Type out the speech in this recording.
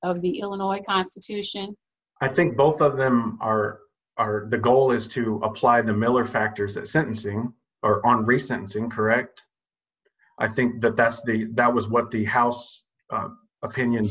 of the illinois constitution i think both of them are are the goal is to apply the miller factors at sentencing or on a recent incorrect i think that that's the that was what the house opinion